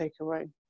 takeaway